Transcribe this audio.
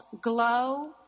glow